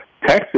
Texas